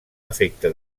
efecte